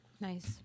Nice